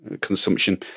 consumption